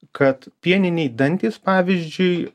kad pieniniai dantys pavyzdžiui